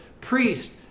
priest